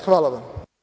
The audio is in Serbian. Hvala vam.